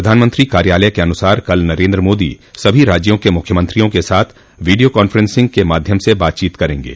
प्रधानमंत्री कार्यालय के अनुसार कल नरेन्द्र मोदी सभी राज्यों के मुख्यमंत्रियों के साथ वीडियों कांफेंसिंग के माध्यम से बातचीत करेंगे